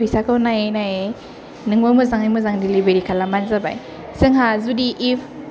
फैसाखौ नायै नायै नोंबो मोजाङै मोजां दिलिभारि खालामबानो जाबाय जोंहा जुदि इफ